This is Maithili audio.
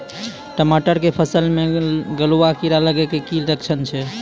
टमाटर के फसल मे गलुआ कीड़ा लगे के की लक्छण छै